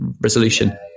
resolution